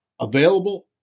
available